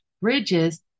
Bridges